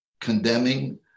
condemning